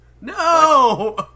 No